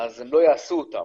אז הם לא יעשו אותם.